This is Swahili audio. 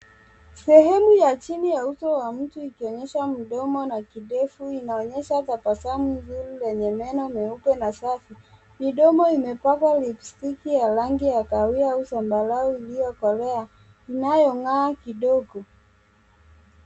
Sehemu ya chini ya uso wa mtu ikionyesha mdomo na kidevu inaonyesha tabasamu nzuri lenye meno meupe na safi. Midomo imepakwa lipstick ya rangi ya kahawia au zambarau iliyokolea inayong'aa kidogo.